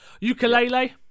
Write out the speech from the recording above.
Ukulele